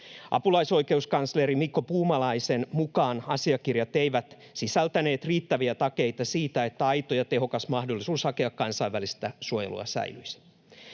Apulaisoikeuskansleri Mikko Puumalaisen mukaan asiakirjat eivät sisältäneet riittäviä takeita siitä, että aito ja tehokas mahdollisuus hakea kansainvälistä suojelua säilyisi.